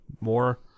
more